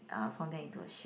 uh form them into a shape